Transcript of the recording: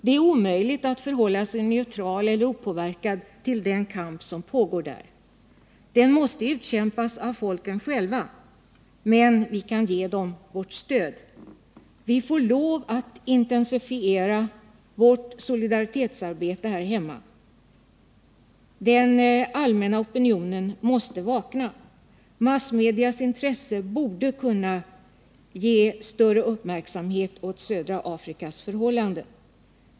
Det är omöjligt att förhålla sig neutral till eller opåverkad av den kamp som pågår där. Den måste utkämpas av folken själva, men vi kan ge dem vårt stöd och vi får lov att intensifiera vårt solidaritetsarbete här hemma. Den allmänna opinionen måste vakna. Massmedias intresse borde kunna ge större uppmärksamhet åt södra Afrikas förhållanden.